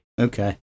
Okay